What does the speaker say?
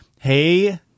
Hey